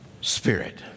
Spirit